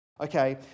Okay